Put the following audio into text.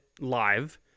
live